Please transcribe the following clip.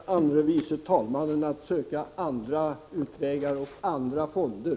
Herr talman! Jag råder herr andre vice talmannen att söka andra utvägar och andra fonder.